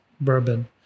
bourbon